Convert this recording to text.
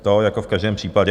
To jako v každém případě.